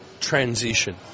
transition